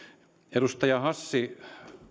edustaja hassi